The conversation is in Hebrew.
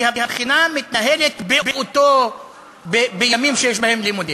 כי הבחינה מתנהלת בימים שיש בהם לימודים.